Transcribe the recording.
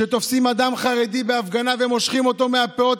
כשתופסים אדם חרדי בהפגנה ומושכים אותו מהפאות,